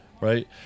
right